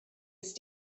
ist